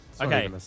Okay